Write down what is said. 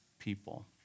people